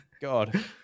God